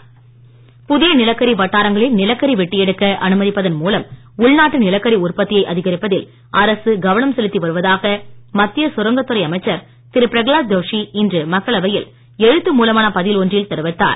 நிலக்கரி புதிய நிலக்கரி வட்டாரங்களில் நிலக்கரி வெட்டி எடுக்க அனுமதிப்பதன் மூலம் உள்நாட்டு நிலக்கரி உற்பத்தியை அதிகரிப்பதில் அரசு கவனம் செலுத்தி வருவதாக மத்திய சுரங்கத் துறை அமைச்சர் திரு பிரகலாத் ஜோஷி இன்று மக்களவையில் எழுத்து மூலமான பதில் ஒன்றில் தெரிவித்தார்